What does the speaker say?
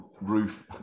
roof